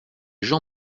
jean